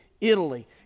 Italy